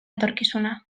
etorkizuna